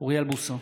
אוריאל בוסו,